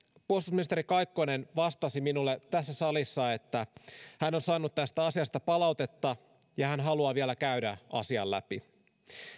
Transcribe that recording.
puolustusministeri kaikkonen vastasi minulle tässä salissa että hän on saanut tästä asiasta palautetta ja hän haluaa vielä käydä asian läpi